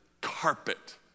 carpet